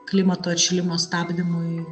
klimato atšilimo stabdymui